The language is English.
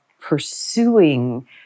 pursuing